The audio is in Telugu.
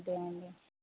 ఓకే అండి